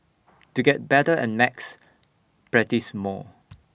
to get better at maths practise more